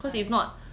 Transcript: I